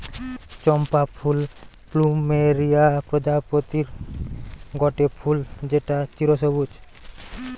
চম্পা ফুল প্লুমেরিয়া প্রজাতির গটে ফুল যেটা চিরসবুজ